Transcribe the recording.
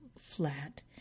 flat